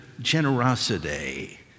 generosity